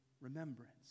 remembrance